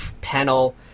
panel